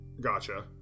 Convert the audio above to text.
Gotcha